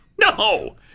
No